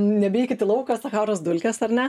nebeikit į lauką sacharos dulkės ar ne